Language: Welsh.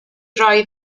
rhoi